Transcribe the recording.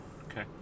Okay